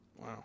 Wow